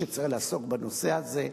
שצריך לעסוק בנושא הזה,